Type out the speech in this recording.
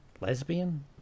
lesbian